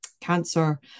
cancer